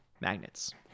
magnets